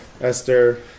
Esther